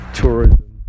tourism